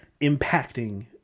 impacting